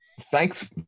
thanks